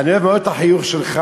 אני אוהב מאוד את החיוך שלך.